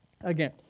again